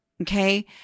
Okay